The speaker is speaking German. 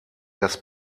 dass